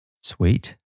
sweet